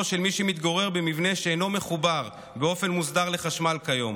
של מי שמתגורר במבנה שאינו מחובר באופן מוסדר לחשמל כיום,